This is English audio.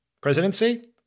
presidency